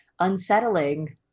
unsettling